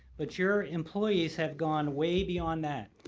but your employees have gone way beyond that,